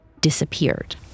disappeared